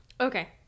okay